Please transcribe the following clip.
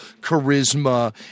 charisma